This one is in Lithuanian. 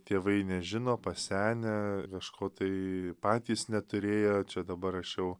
tėvai nežino pasenę škotai patys neturėję čia dabar aš jau